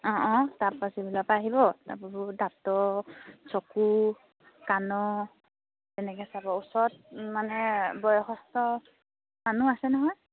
অঁ অঁ তাত পাছি বজাৰৰপৰা আহিব তাত এইবোৰ দাঁতৰ চকু কাণৰ তেনেকৈ চাব ওচৰত মানে বয়সস্থ মানুহ আছে নহয়